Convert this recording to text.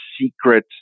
secret